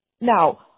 now